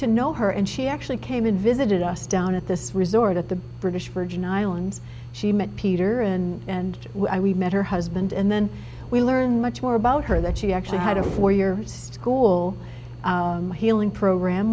to know her and she actually came and visited us down at this resort at the british virgin islands she met peter and we met her husband and then we learned much more about her that she actually had a four year school healing program